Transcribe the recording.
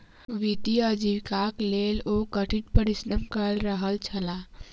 वित्तीय आजीविकाक लेल ओ कठिन परिश्रम कय रहल छलाह